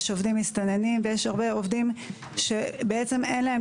יש עובדים מסתננים ויש הרבה עובדים שבעצם אין להם